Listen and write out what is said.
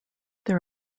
there